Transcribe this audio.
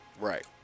Right